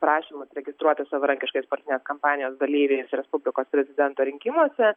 prašymus registruotis savarankiškais politinės kampanijos dalyviais respublikos prezidento rinkimuose